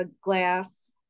glass